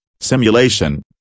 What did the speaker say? simulation